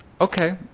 Okay